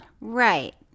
Right